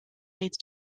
leads